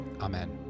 Amen